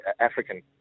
African